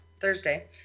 Thursday